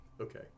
Okay